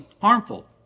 harmful